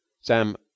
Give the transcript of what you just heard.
sam